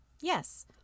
Yes